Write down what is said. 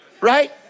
right